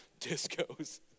Discos